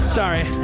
sorry